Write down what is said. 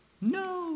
No